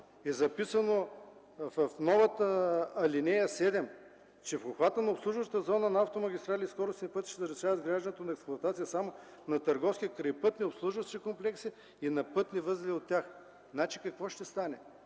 е записано в новата ал. 7: „...когато на обслужваща зона на автомагистрали и скоростни пътища се разрешава изграждането и експлоатация само на търговски крайпътни обслужващи комплекси на пътни възли от тях...” Какво ще стане?